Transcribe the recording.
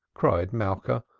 cried malka,